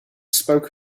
spoke